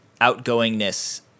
outgoingness